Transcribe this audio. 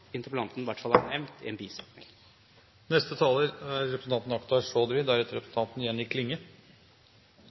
interpellanten – honnørfylt nok – i hvert fall har nevnt i en bisetning? Vold mot et menneske er